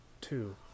two